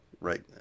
Right